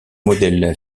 modèle